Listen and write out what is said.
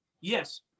Yes